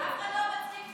אבל אף אחד לא מצדיק את זה.